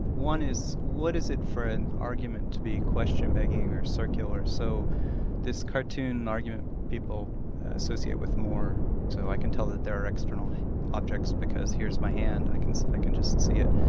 one is, what is it for an argument to be questioned begging in circular. so this cartoon argument people associate with moore so i can tell that they're external objects, because here's my hand, i can i can just see it.